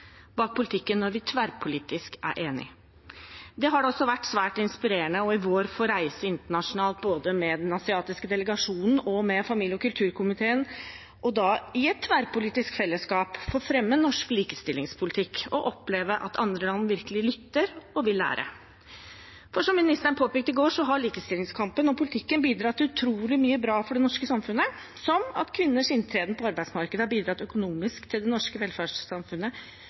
bak politikken når vi er enige tverrpolitisk. Det har da også vært svært inspirerende i vår å få reise internasjonalt både med den asiatiske delegasjonen og med familie- og kulturkomiteen, og da i et tverrpolitisk fellesskap, for å fremme norsk likestillingspolitikk og oppleve at andre land virkelig lytter og vil lære. Som ministeren påpekte i går, har likestillingskampen og -politikken bidratt til utrolig mye bra for det norske samfunnet, som at kvinners inntreden på arbeidsmarkedet har bidratt økonomisk til det norske velferdssamfunnet